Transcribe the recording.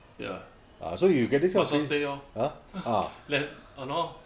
ya I sure stay lor then !hannor!